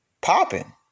popping